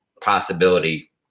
possibility